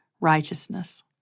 righteousness